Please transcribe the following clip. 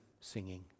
singing